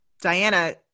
Diana